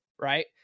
Right